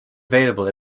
available